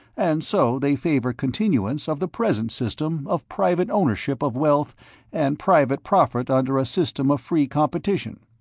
and so they favor continuance of the present system of private ownership of wealth and private profit under a system of free competition.